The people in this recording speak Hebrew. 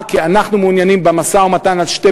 כי אנחנו מעוניינים במשא-ומתן על שתי